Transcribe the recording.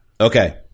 Okay